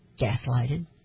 gaslighted